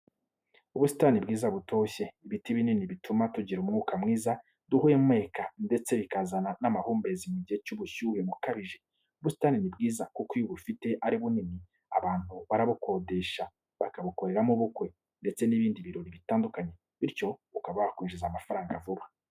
Ubusitani bwiza butoshye, ibiti binini bituma tugira umwuka mwiza duhumeka ndetse bikazana n'amahumbezi mu gihe cy'ubushyuhe bukabije. Ubusitani ni bwiza kuko iyo ubufite ari bunini, abantu barabukodesha bagakoreramo ubukwe, ndetse n'ibindi birori bitandukanye, bityo ukaba wakwinjiza amafaranga vuba.